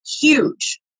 Huge